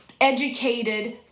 educated